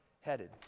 headed